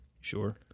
Sure